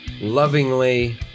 lovingly